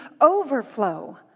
overflow